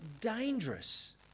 dangerous